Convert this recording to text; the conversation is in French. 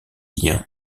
liens